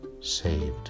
saved